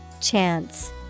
Chance